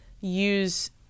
use